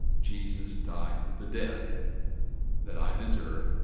jesus died the death that i deserve.